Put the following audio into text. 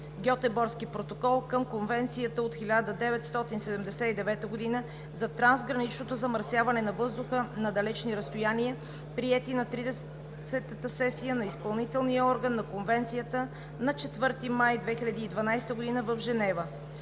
(Гьотеборски протокол) към Конвенцията от 1979 г. за трансграничното замърсяване на въздуха на далечни разстояния, приети на Тридесетата сесия на Изпълнителния орган на Конвенцията на 4 май 2012 г. в Женева.